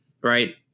right